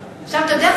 אתה יודע,